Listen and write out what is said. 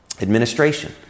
Administration